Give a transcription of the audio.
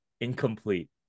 Incomplete